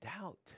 doubt